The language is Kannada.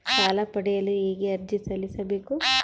ಸಾಲ ಪಡೆಯಲು ಹೇಗೆ ಅರ್ಜಿ ಸಲ್ಲಿಸಬೇಕು?